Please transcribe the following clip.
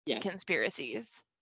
conspiracies